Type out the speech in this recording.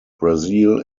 brazil